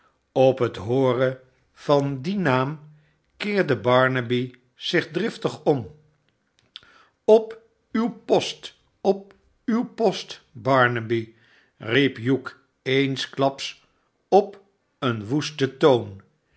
op net hooren van dien naam keerde barnaby zich driftig om op uw post op uw post barnaby riep hugh eensklaps op een woesten toon